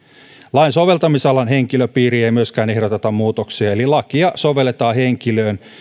lain soveltamisalan henkilöpiiriin ei myöskään ehdoteta muutoksia eli lakia sovelletaan henkilöön